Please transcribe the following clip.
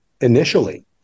initially